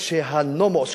כשהנומוס,